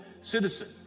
citizen